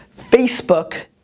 Facebook